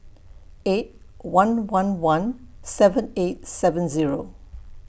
eight one one one seven eight seven Zero